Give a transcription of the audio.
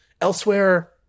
Elsewhere